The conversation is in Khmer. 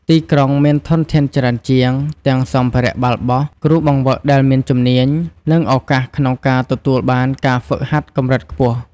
ទីក្រុងមានធនធានច្រើនជាងទាំងសម្ភារៈបាល់បោះ គ្រូបង្វឹកដែលមានជំនាញ និងឱកាសក្នុងការទទួលបានការហ្វឹកហាត់កម្រិតខ្ពស់។